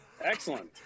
excellent